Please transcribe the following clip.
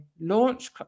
launch